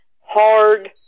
hard